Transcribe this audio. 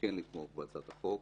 כן לתמוך בהצעת חוק.